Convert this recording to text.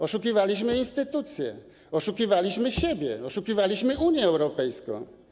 Oszukiwaliśmy instytucje, oszukiwaliśmy siebie, oszukiwaliśmy Unię Europejską.